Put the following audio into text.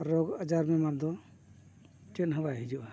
ᱨᱳᱜᱽ ᱟᱡᱟᱨ ᱵᱮᱢᱟᱨ ᱫᱚ ᱪᱮᱫ ᱦᱚᱸ ᱵᱟᱭ ᱦᱤᱡᱩᱜᱼᱟ